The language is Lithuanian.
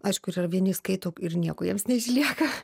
aišku yra vieni skaito ir nieko jiems neišlieka